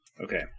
Okay